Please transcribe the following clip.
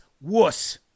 wuss